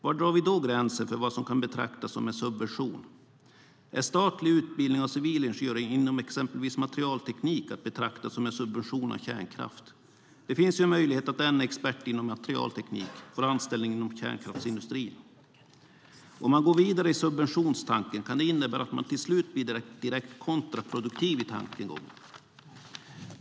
Var drar vi då gränsen för vad som kan betraktas som en subvention? Är statlig utbildning av civilingenjörer inom exempelvis materialteknik att betrakta som en subvention av kärnkraft? Det finns ju en möjlighet att denne expert inom materialteknik får anställning inom kärnkraftsindustrin. Om man går vidare i subventionstanken kan det innebära att man till slut blir direkt kontraproduktiv i tankegången.